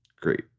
great